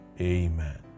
Amen